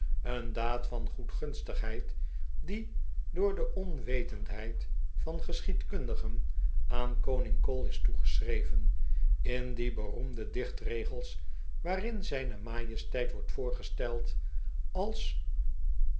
een daad van goedgunstigheid die door de onwetendheid van geschiedkundigen aan koning cole is toegeschreven in die beroemde dichtregels w'aarin zijne majesteit wordt voorgesteld als